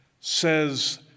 says